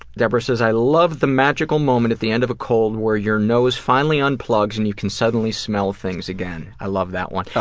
debra says i love the magical moment at the end of a cold where your nose finally unplugs and you can suddenly smell things again. i love that one.